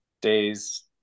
days